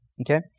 Okay